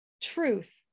truth